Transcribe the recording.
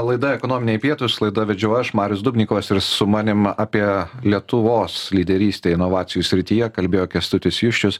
laida ekonominiai pietūs laidą vedžiau aš marius dubnikovas ir su manim apie lietuvos lyderystę inovacijų srityje kalbėjo kęstutis juščius